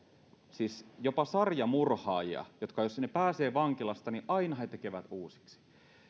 jopa sarjamurhaajia ja jos nämä pääsevät vankilasta niin aina he tekevät uusiksi